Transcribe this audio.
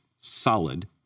Solid